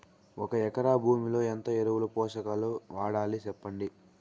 ఒక ఎకరా భూమిలో ఎంత ఎరువులు, పోషకాలు వాడాలి సెప్పండి?